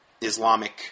Islamic